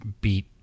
beat